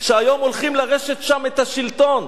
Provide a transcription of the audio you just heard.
שהיום הולכים לרשת שם את השלטון.